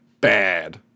bad